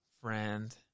friend